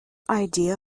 idea